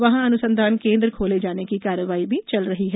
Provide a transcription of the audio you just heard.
वहां अनुसंधान केन्द्र खोले जाने की कार्रवाई भी चल रही है